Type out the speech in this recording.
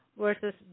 versus